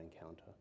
encounter